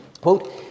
quote